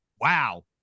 Wow